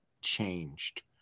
changed